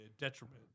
detriment